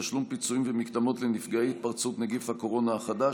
תשלום פיצויים ומקדמות לנפגעי התפרצות נגיף הקורונה החדש),